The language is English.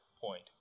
point